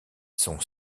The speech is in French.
son